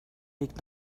liegt